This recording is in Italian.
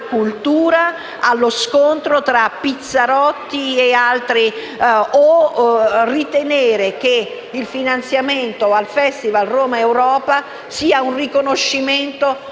allo scontro tra Pizzarotti e altri o ritenere che il finanziamento al Festival Romaeuropa sia un riconoscimento al